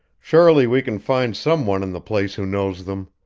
surely we can find some one in the place who knows them.